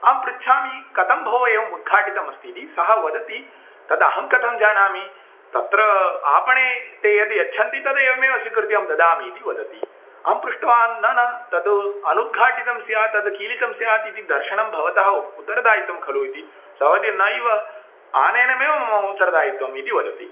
अहं पृच्छामि कथं भो एवम् उद्घाटितमस्ति इति सः वदति तद् अहं कथं जानामि तत्र आपणे ते यद् यच्छन्ति तद् एवमेव स्वीकृत्य अहं ददामि इति वदति अहं पृष्टवान् न न तद् अनुद्घाटितं स्यात् तद् कीलितं स्यात् इति दर्शनं भवतः उ उत्तरदायित्वं खलु इति सः वदति नैव आनयनमेव मम उत्तरदायित्वम् इति वदति